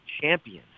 champions